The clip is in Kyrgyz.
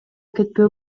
кетпөө